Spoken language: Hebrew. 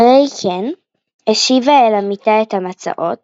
אחרי-כן השיבה אל המטה את המצעות,